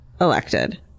elected